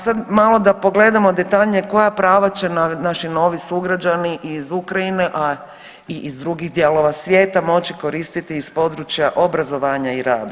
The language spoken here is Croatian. Sad malo da pogledamo detaljnije koja prava će naši novi sugrađani iz Ukrajine, a i iz drugih dijelova svijeta moći koristiti iz područja obrazovanja i rada.